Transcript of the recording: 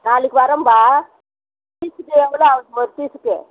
நாளைக்கு வரேன்பா பீஸ்க்கு எவ்வளோ ஆவும் ஒரு பீஸுக்கு